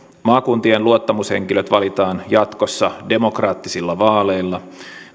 maakuntien luottamushenkilöt valitaan jatkossa demokraattisilla vaaleilla